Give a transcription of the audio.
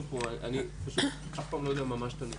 זה חשוב פה.